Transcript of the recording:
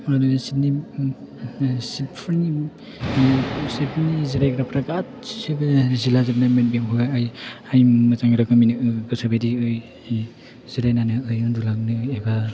आरो सिट फोरनि जिरायग्राफोरा गासैबो जिलाजोबनायमोन बेवहाय मोजां रोखोमै गोसो बायदियै जिरायनानै उन्दुलांनो एबा